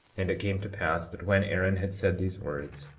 and it came to pass that when aaron had said these words,